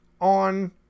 on